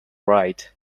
right